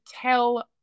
tell